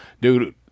dude